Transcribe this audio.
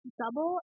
double